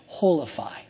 holify